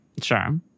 Sure